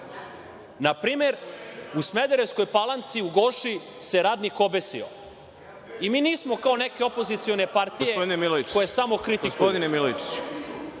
Na primer u Smederevskoj Palanci u „Goši“ se radnik obesio, i mi nismo kao neke opozicione partije koje samo kritikuju.